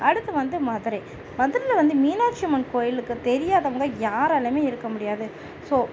அடுத்து வந்து மதுரை மதுரையில வந்து மீனாக்ஷி அம்மன் கோயிலுக்கு தெரியாதவங்க யாராலேயுமே இருக்க முடியாது ஸோ